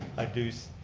i do, so